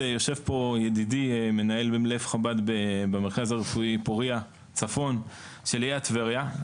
יושב פה ידידי מנהל לב חב"ד במרכז הרפואי פורייה צפון שליד טבריה.